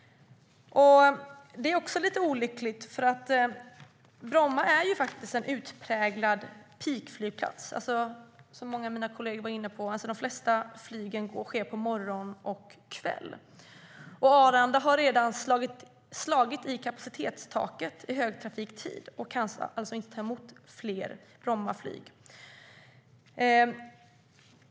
Det vore olyckligt, för Bromma är en utpräglad peakflygplats. Som många av mina kolleger har varit inne på sker de flesta flygningarna morgon och kväll. Arlanda har redan slagit i kapacitetstaket i högtrafiktid och kan därför inte ta emot fler Brommaflyg.